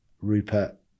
Rupert